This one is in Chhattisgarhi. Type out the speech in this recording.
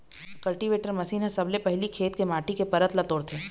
कल्टीवेटर मसीन ह सबले पहिली खेत के माटी के परत ल तोड़थे